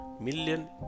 million